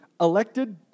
elected